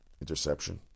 Interception